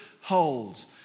holds